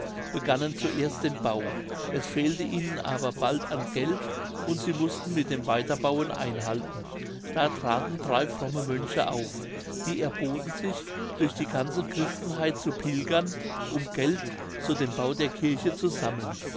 begannen zuerst den bau es fehlte ihnen aber bald an geld und sie mußten mit dem weiterbauen einhalten da traten drei fromme mönche auf die erboten sich durch die ganze christenheit zu pilgern um geld zu dem bau der kirche zu sammeln